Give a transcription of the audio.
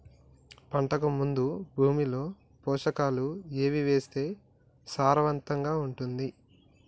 పంటకు ముందు భూమిలో పోషకాలు ఏవి వేస్తే సారవంతంగా ఉంటది?